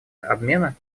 обмена